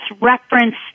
reference